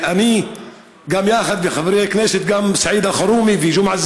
אני וחברי הכנסת סעיד אלחרומי וג'מעה